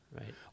Right